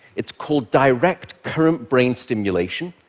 it's called direct current brain stimulation.